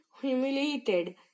humiliated